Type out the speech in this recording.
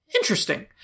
Interesting